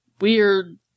weird